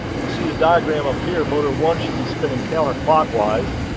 you see the diagram up here motor one should be spinning counterclockwise.